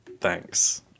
Thanks